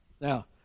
Now